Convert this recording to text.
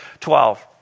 twelve